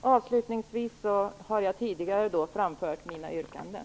Jag har tidigare framfört mina yrkanden.